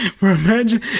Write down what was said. Imagine